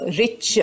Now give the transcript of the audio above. rich